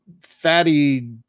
fatty